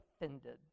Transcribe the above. offended